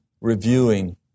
reviewing